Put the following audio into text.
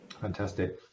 fantastic